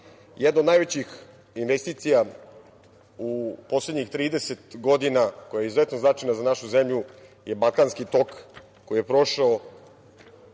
gasa. Jedna od najvećih investicija u poslednjih 30 godina koja je izuzetno značajna za našu zemlju je „Balkanski tok“, koji je prošao